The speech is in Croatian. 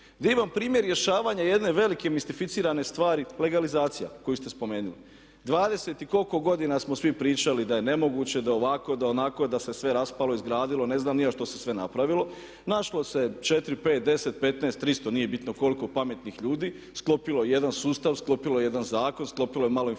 Divan primjer rješavanja jedne velike mistificirane stvari legalizacija koju ste spomenuli. 20 i koliko godina smo svi pričali da je nemoguće, da je ovako, da je onako, da se sve raspalo i izgradilo, ne znam ni ja što se sve napravilo, našlo se 4, 5, 10, 15, 300, nije bitno koliko pametnih ljudi sklopilo je jedan sustav, sklopilo je jedan zakon, sklopilo je malo informatike